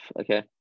Okay